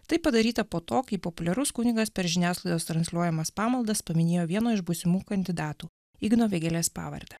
tai padaryta po to kai populiarus kunigas per žiniasklaidos transliuojamas pamaldas paminėjo vieno iš būsimų kandidatų igno vėgėlės pavardę